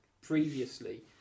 previously